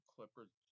Clippers